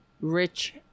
rich